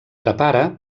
prepara